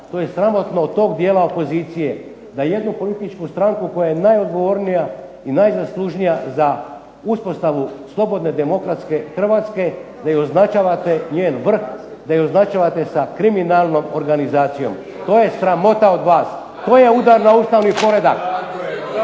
To je sramotno od tog dijela opozicije da jednu političku stranku koja je najodgovornija i najzaslužnija za uspostavu slobodne, demokratske Hrvatske da je označavate, njen vrh, da je označavate sa kriminalnom organizacijom. To je sramota od vas! To je udar na ustavni poredak!